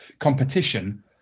competition